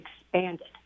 expanded